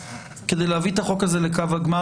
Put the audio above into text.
כדי להביא את החוק הזה לקו הגמר,